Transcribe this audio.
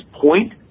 point